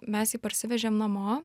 mes jį parsivežėm namo